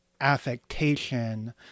affectation